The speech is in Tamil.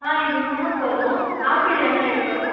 ஆ இது மூணும் போதும் ஆப்பிள் என்ன ரேட் வரும்